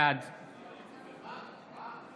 בעד